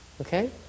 Okay